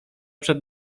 przed